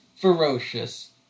ferocious